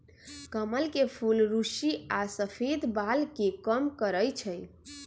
कमल के फूल रुस्सी आ सफेद बाल के कम करई छई